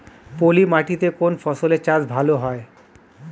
পলি মাটিতে কোন ফসলের চাষ ভালো হয়?